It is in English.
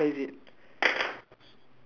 the design what colour is it